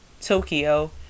Tokyo